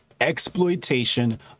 exploitation